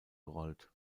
gerollt